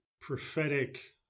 prophetic